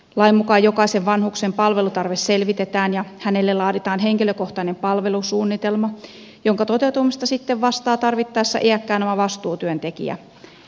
lain mukaan jokaisen vanhuksen palvelutarve selvitetään ja hänelle laaditaan henkilökohtainen palvelusuunnitelma jonka toteutumisesta sitten vastaa tarvittaessa iäkkään oma vastuutyöntekijä